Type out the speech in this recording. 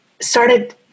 started